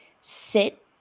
sit